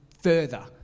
Further